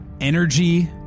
energy